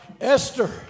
Esther